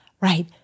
Right